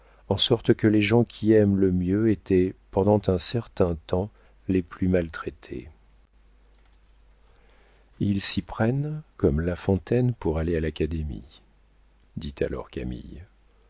en sorte que les gens qui aiment le mieux étaient pendant un certain temps les plus maltraités ils s'y prennent comme la fontaine pour aller à l'académie dit alors camille